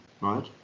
right